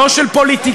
לא של פוליטיקאים,